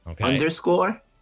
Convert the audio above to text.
underscore